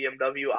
BMW